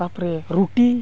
ᱛᱟᱨᱯᱚᱨᱮ ᱨᱩᱴᱤ